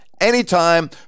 anytime